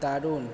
দারুণ